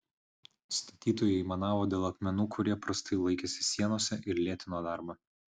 statytojai aimanavo dėl akmenų kurie prastai laikėsi sienose ir lėtino darbą